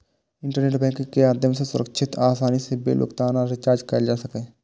internet banking के माध्यम सं सुरक्षित आ आसानी सं बिल भुगतान आ रिचार्ज कैल जा सकै छै